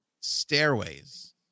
stairways